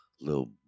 little